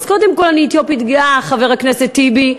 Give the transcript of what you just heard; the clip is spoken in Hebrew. אז קודם כול, אני אתיופית גאה, חבר הכנסת טיבי.